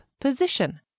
position